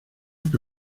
que